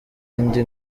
indi